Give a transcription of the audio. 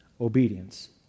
obedience